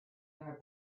nor